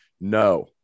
No